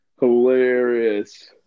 hilarious